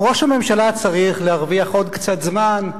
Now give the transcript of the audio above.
ראש הממשלה צריך להרוויח עוד קצת זמן,